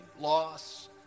loss